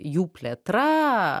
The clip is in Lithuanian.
jų plėtra